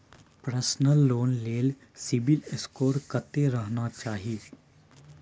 Personal loan ले CIBIL score कत्ते रहना चाही?